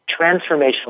transformational